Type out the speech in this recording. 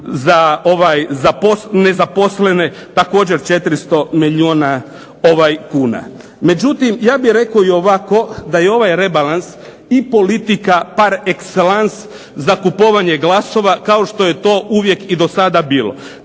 za nezaposlene također 400 milijuna kuna. Međutim, ja bih rekao i ovako da je ovaj rebalans i politika par excellance za kupovanje glasova kao što je to uvijek i dosada bilo.